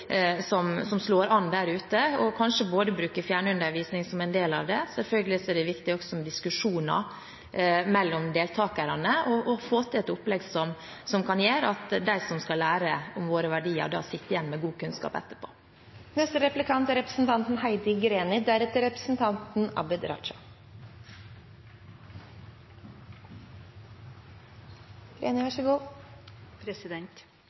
opplegg som slår an der ute, og kanskje både bruke fjernundervisning som en del av det – selvfølgelig er det også viktig med diskusjoner mellom deltakerne – og få til et opplegg som gjør at de som skal lære om våre verdier, sitter igjen med god kunnskap etterpå. «Fra mottak til arbeidsliv – en effektiv integreringspolitikk», heter meldingen. Statsråden er